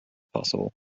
possible